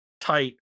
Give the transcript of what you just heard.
tight